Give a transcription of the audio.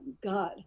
God